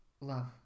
Love